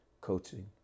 coaching